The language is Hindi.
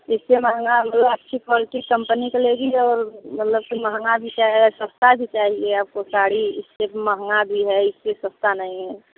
इसे महंगा जो है अच्छी क्वालिटी कम्पनी का लेगी तो मतलब फ़िर महंगा भी चाहिए सस्ता भी चाहिए आपको साड़ी इससे महंगा भी है इससे सस्ता नहीं है